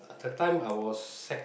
the time I was sec